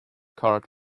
card